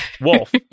Wolf